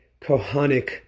Kohanic